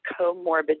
comorbid